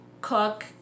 cook